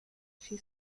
she